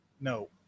No